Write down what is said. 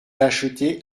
acheté